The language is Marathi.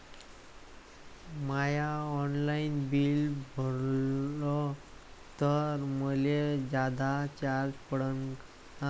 म्या ऑनलाईन बिल भरलं तर मले जादा चार्ज पडन का?